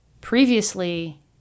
Previously